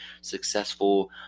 successful